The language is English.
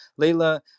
Layla